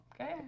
okay